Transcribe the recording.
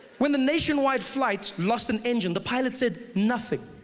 when the nation wide flight lost an engine the pilot said nothing.